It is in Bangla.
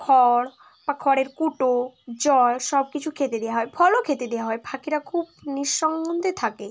খড় বা খড়ের কুটো জল সব কিছু খেতে দেওয়া হয় ফলও খেতে দেওয়া হয় পাখিরা খুব থাকে